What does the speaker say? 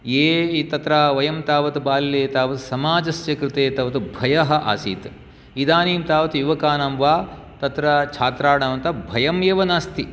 ये तत्र वयं तावत् बाल्ये तावत् समाजस्य कृते तावत् भयम् आसीत् इदानीं तावत् युवकानां वा तत्र छात्राणां ता भयम् एव नास्ति